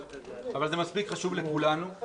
אבל זה מספיק חשוב לכולנו.